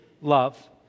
love